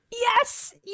yes